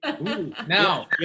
now